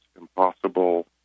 impossible